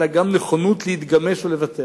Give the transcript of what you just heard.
אלא גם נכונות להתגמש ולוותר,